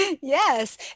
Yes